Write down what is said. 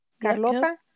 Carlota